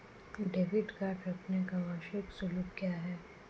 Debit card रखने का वार्षिक शुल्क क्या है?